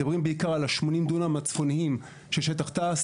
מדברים בעיקר על ה-80 דונם הצפוניים של שטח תעש,